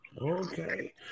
okay